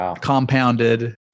compounded